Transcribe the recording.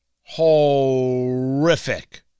horrific